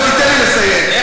עכשיו תיתן לי לסיים.